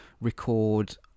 record